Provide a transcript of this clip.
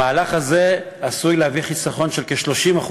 המהלך הזה עשוי להביא לחיסכון של כ-30%